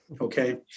Okay